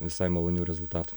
visai malonių rezultatų